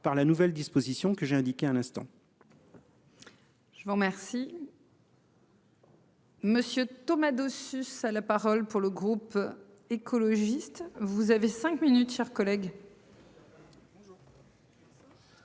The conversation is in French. par la nouvelle disposition que j'ai indiqué un instant.